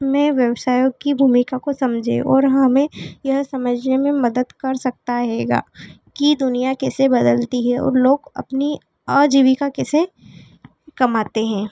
में व्यवसायों की भूमिका को समझें और हमें यह समझने में मदद कर सकता हैगा कि दुनिया कैसे बदलती है और लोग अपनी आजीविका कैसे कमाते हैं